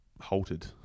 halted